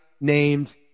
named